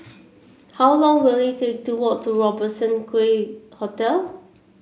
how long will it take to walk to Robertson Quay Hotel